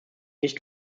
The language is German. nicht